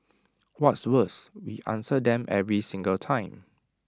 what's worse we answer them every single time